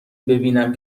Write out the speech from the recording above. ببینم